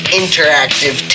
interactive